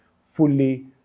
fully